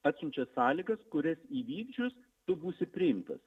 atsiunčia sąlygas kurias įvykdžius tu būsi priimtas